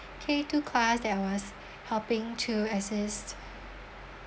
k two class that was helping to assist